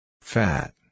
Fat